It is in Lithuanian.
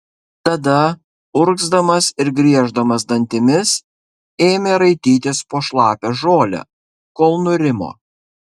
tada urgzdamas ir grieždamas dantimis ėmė raitytis po šlapią žolę kol nurimo